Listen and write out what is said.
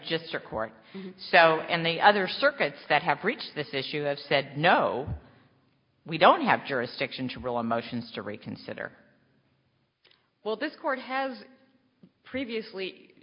just her court so and the other circuits that have reached this issue have said no we don't have jurisdiction to real emotions to reconsider well this court has previously